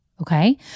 Okay